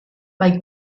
mae